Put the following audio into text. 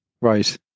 Right